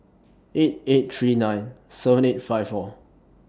eight eight three nine seven eight five four